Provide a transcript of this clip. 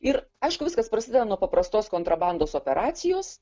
ir aišku viskas prasideda nuo paprastos kontrabandos operacijos